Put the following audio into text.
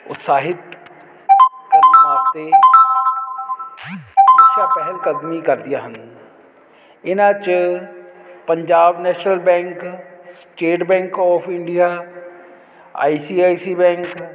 ਉਤਸ਼ਾਹਿਤ ਪਹਿਲਕਦਮੀ ਕਰਦੀਆਂ ਹਨ ਇਹਨਾਂ 'ਚ Punjab national bank state bank of India I C I C bank